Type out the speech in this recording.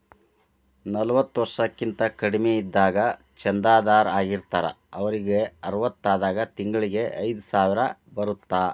ನಲವತ್ತ ವರ್ಷಕ್ಕಿಂತ ಕಡಿಮಿ ಇದ್ದಾಗ ಚಂದಾದಾರ್ ಆಗಿರ್ತಾರ ಅವರಿಗ್ ಅರವತ್ತಾದಾಗ ತಿಂಗಳಿಗಿ ಐದ್ಸಾವಿರ ಬರತ್ತಾ